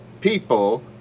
people